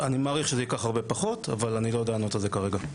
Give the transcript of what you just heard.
אני מעריך שזה ייקח הרבה פחות אבל אני לא יודע לענות על זה כרגע.